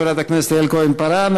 חברת הכנסת יעל כהן-פארן.